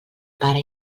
pare